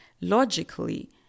logically